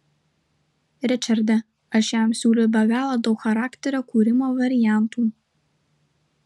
ričarde aš jam siūliau be galo daug charakterio kūrimo variantų